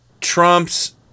Trump's